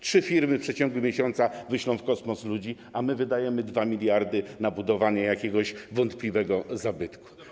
Trzy firmy w ciągu miesiąca wyślą w kosmos ludzi, a my wydajemy 2 mld na budowanie jakiegoś wątpliwego zabytku.